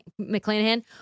McClanahan